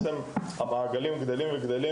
המעגלים הולכים וגדלים,